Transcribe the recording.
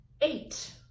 Eight